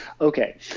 okay